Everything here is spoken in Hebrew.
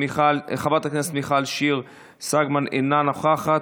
חברת הכנסת מיכל שיר סגמן, אינה נוכחת,